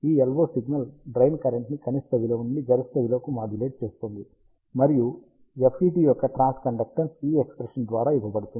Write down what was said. ఈ LO signal drain current ని కనిష్ట విలువ నుండి గరిష్ట విలువకు మాడ్యులేట్ చేస్తుంది మరియు FET యొక్క ట్రాన్స్కండక్టెన్స్ ఈ ఎక్ష్ప్రెషన్ ద్వారా ఇవ్వబడుతుంది